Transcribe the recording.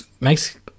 makes